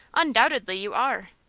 undoubtedly you are!